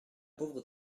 pauvre